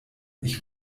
ich